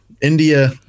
india